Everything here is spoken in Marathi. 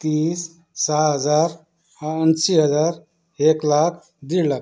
तीस सहा हजार ऐंशी हजार एक लाख दीड लाख